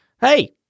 hey